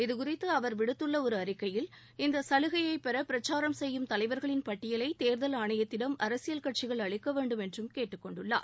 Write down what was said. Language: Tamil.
இதுகுறித்து அவர் விடுத்துள்ள ஒரு அறிக்கையில் இந்த சலுகையை பெற பிரச்சாரம் செய்யும் தலைவர்களின் பட்டியலை தேர்தல் ஆணையத்திடம் அரசியல் கட்சிகள் அளிக்க வேண்டும் என்றும் கேட்டுக்கொண்டுள்ளார்